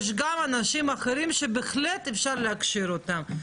יש גם אנשים אחרים שבהחלט אפשר להכשיר אותם.